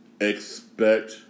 expect